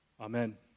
Amen